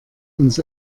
uns